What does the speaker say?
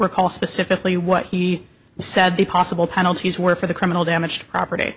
recall specifically what he said the possible penalties were for the criminal damage to property